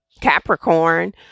Capricorn